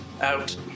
Out